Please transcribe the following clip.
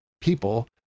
people